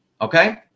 okay